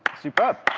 superb.